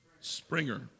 Springer